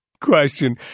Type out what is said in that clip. question